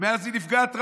ומאז היא נפגעת טראומה,